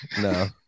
No